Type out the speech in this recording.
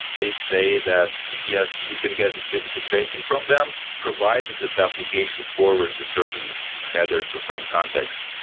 they say that, yes, you can get distributed tracing from them provided that the application forwards a certain headers with some context.